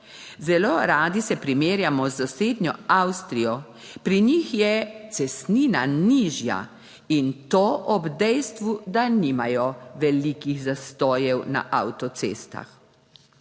Zelo radi se primerjamo s sosednjo Avstrijo. Pri njih je cestnina nižja, in to ob dejstvu, da nimajo velikih zastojev na avtocestah.